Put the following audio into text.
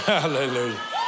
Hallelujah